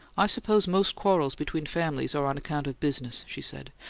i suppose most quarrels between families are on account of business, she said.